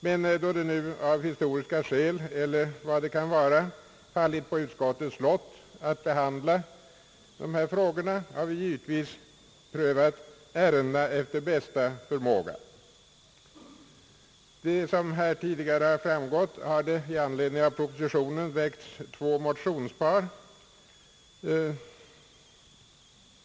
Men då det nu av historiska skäl, eller vad det kan vara, fallit på utskottets lott att behandla dessa frågor, har vi givetvis prövat ärendena efter bästa förmåga. Som här tidigare framgått har det i anledning av propositionen väckts två motionspar.